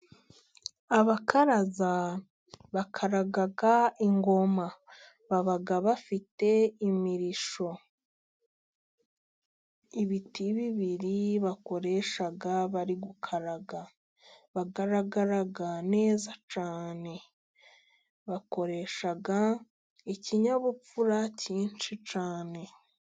Abakaraza bakaraga ingoma baba bafite imirishyo (ibiti bakoreshaga bari gukaraga ingoma). Bagaragaraga neza cyane bakoresha ikinyabupfura cyinshi cyane.